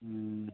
ꯎꯝ